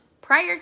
prior